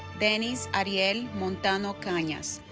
denis ariel montano canas